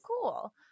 cool